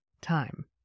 time